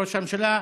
ראש הממשלה,